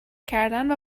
کردن